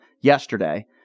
yesterday